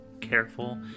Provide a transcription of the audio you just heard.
careful